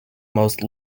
most